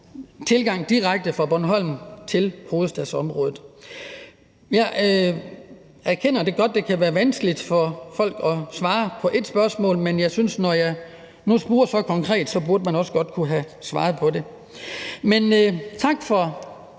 tilgang direkte fra Bornholm til hovedstadsområdet. Jeg erkender gerne, at det kan være vanskeligt for folk at svare på ét spørgsmål, men jeg synes, at når jeg nu er så konkret, burde man også godt kunne have svaret på det. Men tak for